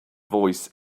voice